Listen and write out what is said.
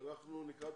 את החוק.